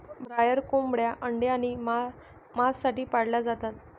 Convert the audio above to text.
broiler कोंबड्या अंडे आणि मांस साठी पाळल्या जातात